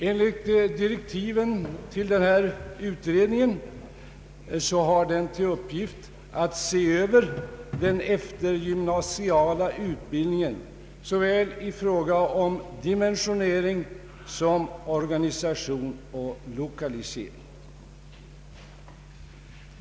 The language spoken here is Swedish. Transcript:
Enligt direktiven till denna utredning har den till uppgift att se över den eftergymnasiala utbildningen i fråga om såväl dimensionering som organisation och lokalisering.